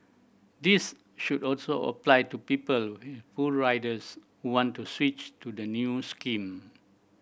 this should also apply to people with full riders who want to switch to the new scheme